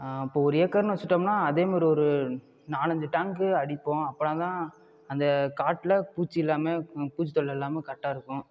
இப்போ ஒரு ஏக்கர்னு வச்சிட்டோம்னா அதேமாதிரி ஒரு நாலஞ்சு டேங்க்கு அடிப்போம் அப்போனா தான் அந்த காட்டுல பூச்சி இல்லாமே பூச்சி தொல்லை இல்லாமல் கரெட்டாக இருக்கும்